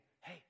Hey